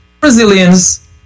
Brazilians